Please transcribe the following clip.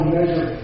measure